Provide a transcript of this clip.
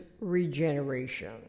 regeneration